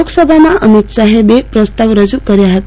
લોક સભામાં અમિત શાહે બે પ્રસ્તાવ રજુ કર્યા હતા